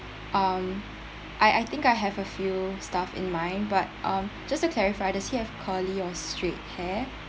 um I I think I have a few staff in mind but um just to clarify does he have curly or straight hair